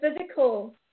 physical